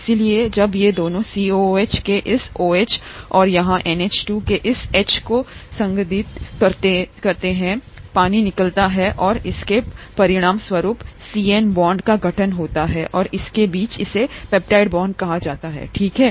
इसलिए जब ये दोनों COOH के इस OH और यहाँ NH2 के इस H को संघनित करते हैं बाहर पानी निकलता है और इसके परिणामस्वरूप सीएन बॉन्ड का गठन होता है इस और इस के बीच इसे पेप्टाइड बॉन्ड कहा जाता है ठीक है